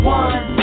one